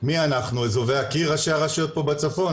מי אנחנו אזובי הקיר ראשי הרשויות פה בצפון?